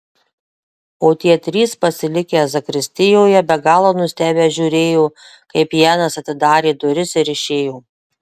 o tie trys pasilikę zakristijoje be galo nustebę žiūrėjo kaip janas atidarė duris ir išėjo